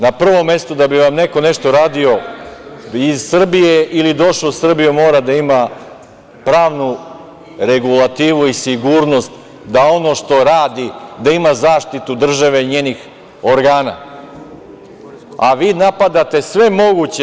Na prvom mestu, da bi vam neko nešto radio iz Srbije ili došao u Srbiju, mora da ima pravnu regulativu i sigurnost da za ono što radi ima zaštitu države i njenih organa, a vi napadate sve moguće.